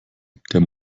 der